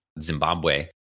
Zimbabwe